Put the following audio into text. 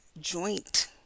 joint